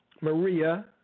Maria